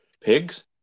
Pigs